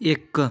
इक